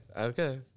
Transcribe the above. okay